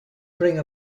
bring